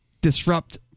disrupt